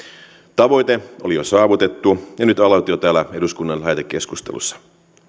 tavoite oli jo saavutettu ja nyt aloite on täällä eduskunnan lähetekeskustelussa